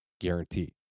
guarantee